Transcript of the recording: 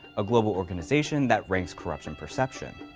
a global organization that ranks corruption perception.